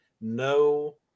No